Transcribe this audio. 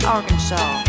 Arkansas